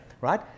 right